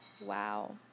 Wow